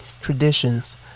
traditions